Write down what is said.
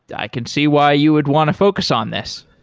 i can see why you would want to focus on this.